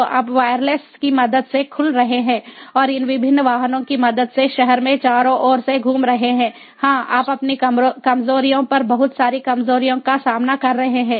तो आप वायरलेस की मदद से खुल रहे हैं और इन विभिन्न वाहनों की मदद से शहर में चारों ओर से घूम रहे हैं हाँ आप अपनी कमजोरियों पर बहुत सारी कमज़ोरियों का सामना कर रहे हैं